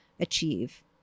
achieve